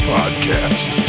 Podcast